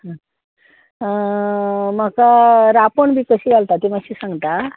म्हाका रांपोण बी कशी घालता ती मातशी सांगता